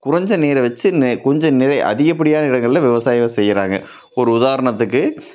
குறைஞ்ச நீரை வச்சு கொஞ்சம் நிறைய அதிகபடியான இடங்களை விவசாயம் செய்கிறாங்க ஒரு உதாரணத்துக்கு